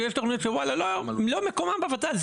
שיש תוכניות שוואלה לא מקומם בוות"ל,